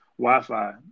Wi-Fi